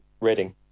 Reading